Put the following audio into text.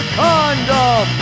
condom